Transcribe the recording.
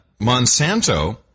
Monsanto